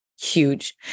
huge